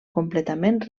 completament